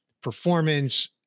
performance